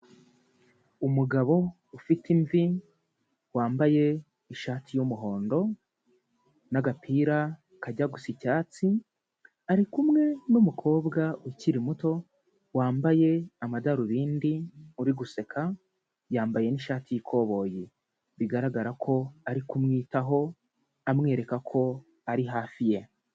Umugabo ufite imvi, wambaye ishati y'umuhondo n'agapira kajya gusa icyatsi, ari kumwe n'umukobwa ukiri muto wambaye amadarubindi uri guseka, yambaye n'ishati y'ikoboyi. Bigaragara ko ari kumwitaho amwereka ko ari hafi ye.